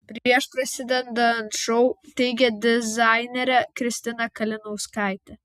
prieš prasidedant šou teigė dizainerė kristina kalinauskaitė